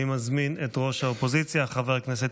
אני מזמין את ראש האופוזיציה חבר הכנסת